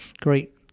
great